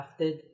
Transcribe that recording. crafted